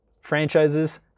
franchises